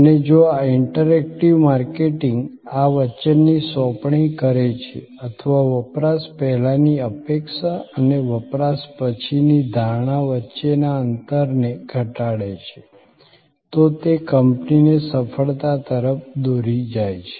અને જો આ ઇન્ટરેક્ટિવ માર્કેટિંગ આ વચનની સોંપણી કરે છે અથવા વપરાશ પહેલાંની અપેક્ષા અને વપરાશ પછીની ધારણા વચ્ચેના અંતરને ઘટાડે છે તો તે કંપનીને સફળતા તરફ દોરી જાય છે